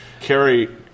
Kerry